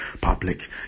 public